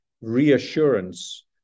reassurance